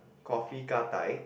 coffee kah-dai